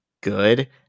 good